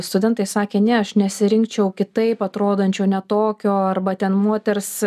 studentai sakė ne aš nesirinkčiau kitaip atrodančio ne tokio arba ten moters